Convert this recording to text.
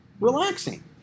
Relaxing